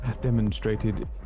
demonstrated